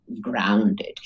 grounded